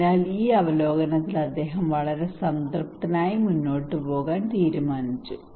അതിനാൽ ഈ അവലോകനത്തിൽ അദ്ദേഹം വളരെ സംതൃപ്തനായി മുന്നോട്ട് പോകാൻ അദ്ദേഹം തീരുമാനിച്ചു